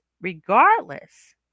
Regardless